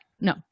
no